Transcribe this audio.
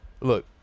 Look